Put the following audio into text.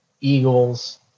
eagles